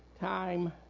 time